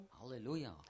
Hallelujah